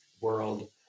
world